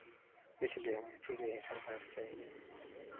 इसलिए हमें फिर यही सरकार चाहिए